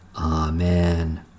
Amen